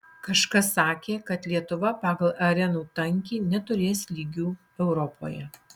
kažkas sakė kad lietuva pagal arenų tankį neturės lygių europoje